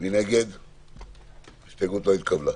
אם הכנסת תמצא לנכון בכל נקודת זמן כאילו היא תנהל דיון.